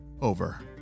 over